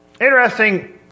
interesting